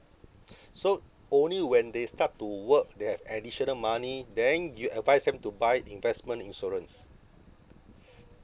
so only when they start to work they have additional money then you advise them to buy investment insurance